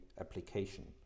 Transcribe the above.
application